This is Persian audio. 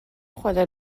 خدا